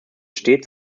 stets